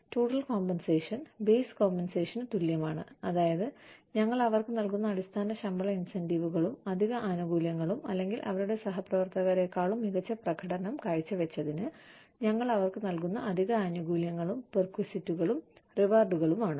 total compensation base കോമ്പൻസേഷന് തുല്യമാണ് അതായത് ഞങ്ങൾ അവർക്ക് നൽകുന്ന അടിസ്ഥാന ശമ്പള ഇൻസെന്റീവുകളും അധിക ആനുകൂല്യങ്ങളും അല്ലെങ്കിൽ അവരുടെ സഹപ്രവർത്തകരെക്കാളും മികച്ച പ്രകടനം കാഴ്ചവെച്ചതിന് ഞങ്ങൾ അവർക്ക് നൽകുന്ന അധിക ആനുകൂല്യങ്ങളും പെർക്വിസിറ്റികളും റിവാർഡുകളുമാണ്